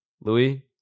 Louis